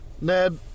Ned